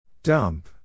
Dump